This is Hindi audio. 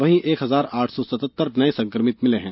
वहीं एक हजार आठ सौ सतहत्तर नये संक्रमित मिलें हैं